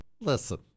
Listen